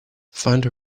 find